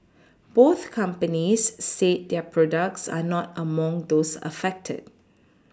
both companies said their products are not among those affected